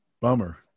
Bummer